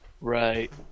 right